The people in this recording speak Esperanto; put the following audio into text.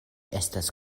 estas